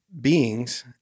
beings